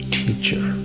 teacher